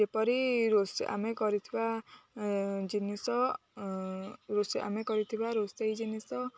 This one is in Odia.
ଯେପରି ଆମେ କରିଥିବା ଜିନିଷ ଆମେ କରିଥିବା ରୋଷେଇ ଜିନିଷ